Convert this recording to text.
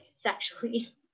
sexually